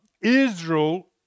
Israel